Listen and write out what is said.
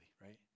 right